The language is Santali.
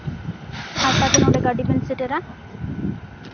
ᱟᱴ ᱴᱟ ᱛᱮ ᱱᱚᱸᱰᱮ ᱜᱟᱹᱰᱤ ᱵᱤᱱ ᱥᱮᱴᱮᱨᱟ